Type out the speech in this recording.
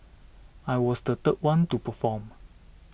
I was the third one to perform